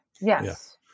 Yes